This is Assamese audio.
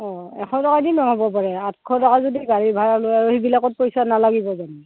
অ এশ টকা দি নহ'ব পাৰে আঠশ টকা যদি গাড়ী ভাৰা লয় আৰু সেইবিলাকত পইচা নালাগিব জানো